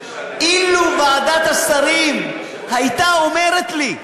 אילו ועדת השרים הייתה אומרת לי: